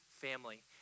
family